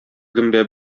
гөмбә